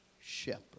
shepherd